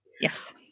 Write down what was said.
yes